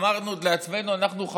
אמרנו לעצמנו: אנחנו,